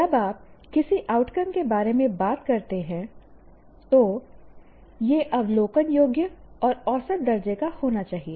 जब आप किसी आउटकम के बारे में बात करते हैं तो यह अवलोकन योग्य और औसत दर्जे का होना चाहिए